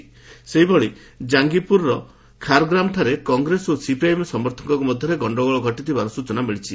add voting ସେହିଭଳି କାଙ୍ଗିପୁରର ଖାରଗ୍ରାମ୍ଠାରେ କଂଗ୍ରେସ ଓ ସିପିଆଇଏମ୍ ସମର୍ଥକଙ୍କ ମଧ୍ୟରେ ଗଣ୍ଡଗୋଳ ଘଟିବାର ସୂଚନା ମିଳିଛି